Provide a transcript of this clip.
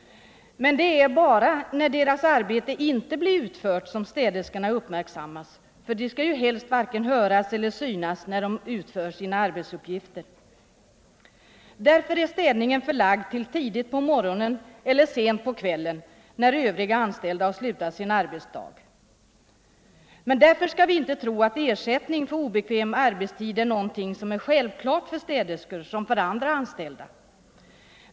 Men det är bara när deras arbete inte blir utfört som städerskorna uppmärksammas, ty de skall helst varken höras eller synas när de utför sin arbetsuppgift. Därför är städningen förlagd till tidigt på morgonen eller sent på kvällen, när övriga anställda har slutat sin arbetsdag. Men ingen skall tro att ersättning för obekväm arbetstid är någonting som är självklart för städerskor som för andra anställda.